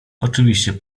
oczywiście